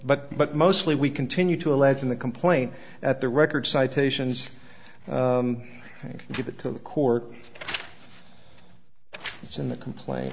but but mostly we continue to allege in the complaint at the record citations give it to the court it's in the complain